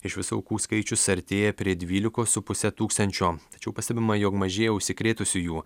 iš visų aukų skaičius artėja prie dvylikos su puse tūkstančio tačiau pastebima jog mažėja užsikrėtusiųjų